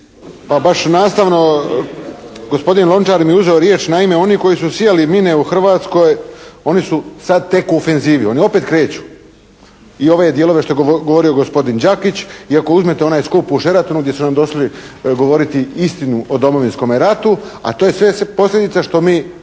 Pa baš nastavno, gospodin Lončar mi je uzeo riječ. Naime, oni koji su sijali mine u Hrvatskoj oni su sad tek u ofenzivi. Oni opet kreću i ove dijelove što je govorio gospodin Đakić i ako uzmete onaj skup u Sheratonu gdje su nam došli govoriti istinu o Domovinskome ratu, a to je sve posljedica što mi,